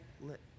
let